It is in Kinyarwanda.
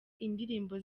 indirimbo